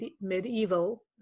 medieval